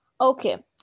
Okay